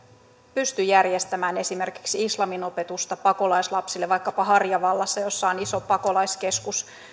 pysty järjestämään esimerkiksi islamin opetusta pakolaislapsille vaikkapa harjavallassa jossa on iso pakolaiskeskus